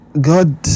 god